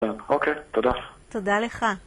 אוקיי, תודה. תודה לך.